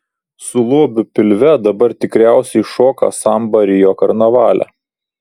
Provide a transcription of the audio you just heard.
su lobiu pilve dabar tikriausiai šoka sambą rio karnavale